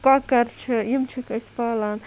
کۄکَر چھِ یِم چھِکھ أسۍ پالان